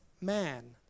man